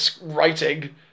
writing